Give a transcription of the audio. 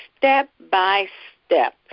step-by-step